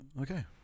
Okay